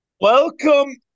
Welcome